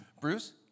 Bruce